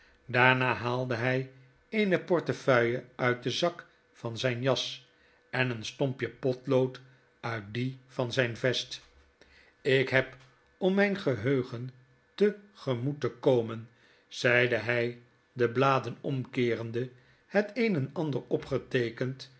daarna haalde hy eene portefeuille uit den zak van zyn jas en een stompje potlood uit dien van zyn vest jk heb om mijn geheugen te gemoet te komen zeide hy de bladen omkeerende het een en ander opgeteekend